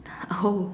oh